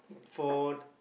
for